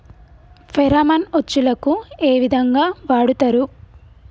Pheromone ఉచ్చులకు ఏ విధంగా వాడుతరు?